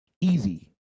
easy